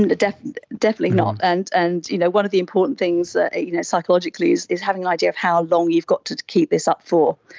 and definitely definitely not. and and you know one of the important things ah you know psychologically is is having an idea of how long you've got to keep this up for.